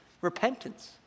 Repentance